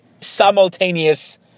simultaneous